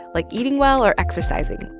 like eating well or exercising.